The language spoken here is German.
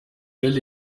will